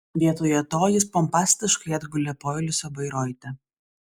vietoje to jis pompastiškai atgulė poilsio bairoite